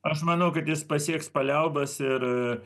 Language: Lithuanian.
aš manau kad jis pasieks paliaubas ir